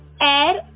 air